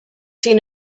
seen